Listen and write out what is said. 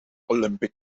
olympic